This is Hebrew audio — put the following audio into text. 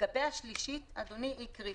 לגבי התקנה השלישית, אדוני, היא קריטית.